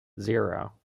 zero